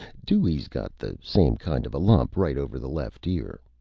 dewey's got the same kind of a lump right over the left ear.